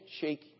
shake